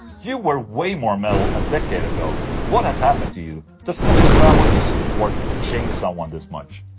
you were way more metal a decade ago what has happened to you? does having a family to support change someone this much?